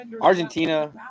Argentina